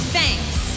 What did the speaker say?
thanks